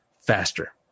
faster